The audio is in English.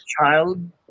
child